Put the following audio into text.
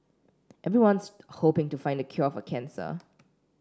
everyone's hoping to find the cure for cancer